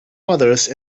mothers